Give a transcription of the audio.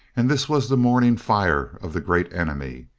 and this was the morning-fire of the great enemy.